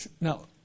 Now